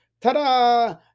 Ta-da